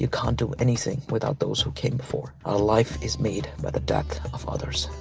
ah can't do anything without those who came before. our life is made by the death of others,